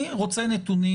אני רוצה נתונים.